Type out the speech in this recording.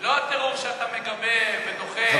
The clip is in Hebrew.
לא הטרור שאתה מגבה ודוחף.